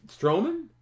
Strowman